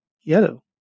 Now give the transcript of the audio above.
Yellow